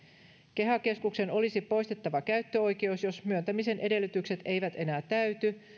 keha keskuksen olisi poistettava käyttöoikeus jos myöntämisen edellytykset eivät enää täyty